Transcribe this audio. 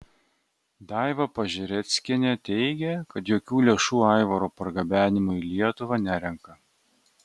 daiva pažereckienė teigė kad jokių lėšų aivaro pargabenimui į lietuvą nerenka